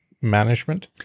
management